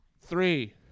Three